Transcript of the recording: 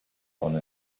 owner